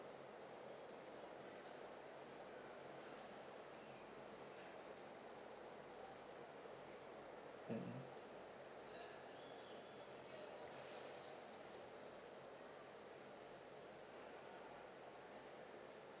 mmhmm